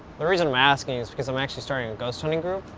the reason i'm asking is because i'm actually starting a ghost hunting group.